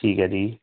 ਠੀਕ ਹੈ ਜੀ